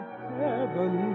heaven